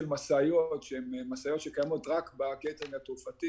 משאיות שהן משאיות שקיימות רק בקייטרינג התעופתי,